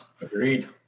Agreed